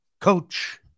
Coach